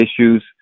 issues